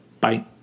bye